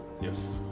Yes